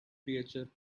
creature